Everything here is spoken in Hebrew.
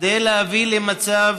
כדי להביא למצב